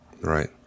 Right